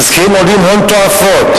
התסקירים עולים הון תועפות.